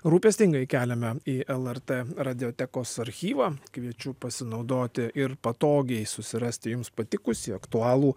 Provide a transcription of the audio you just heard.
rūpestingai keliame į lrt radiotekos archyvą kviečiu pasinaudoti ir patogiai susirasti jums patikusį aktualų